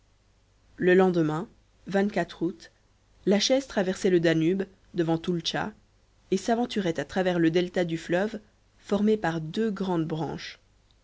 le lendemain août la chaise traversait le danube devant toultcha et s'aventurait à travers le delta du fleuve formé par deux grandes branches